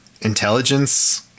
intelligence